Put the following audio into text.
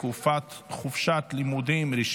חרבות ברזל)